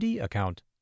account